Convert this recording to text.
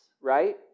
right